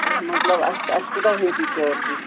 مطلب اَسہِ اَسہِ کوٗتاہ ہیٚیِو تُہۍ چارجِز